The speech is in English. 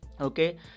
okay